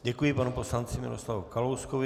Děkuji panu poslanci Miroslavu Kalouskovi.